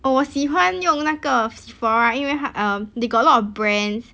oh 我喜欢用那个 Sephora 因为它 um they got a lot of brands